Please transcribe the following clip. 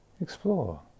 explore